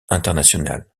internationale